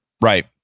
Right